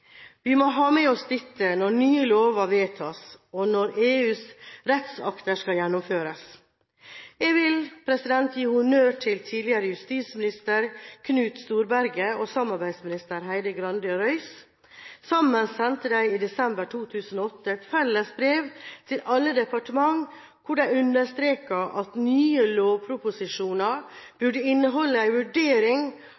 Vi må ha med oss dette når nye lover vedtas, og når EUs rettsakter skal gjennomføres. Jeg vil gi honnør til tidligere justisminister Knut Storberget og samarbeidsminister Heidi Grande Røys. Sammen sendte de i desember 2008 et felles brev til alle departement hvor de understreket at nye lovproposisjoner